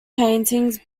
paintings